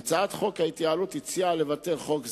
בהצעת חוק ההתייעלות הוצע לבטל חוק זה,